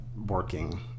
working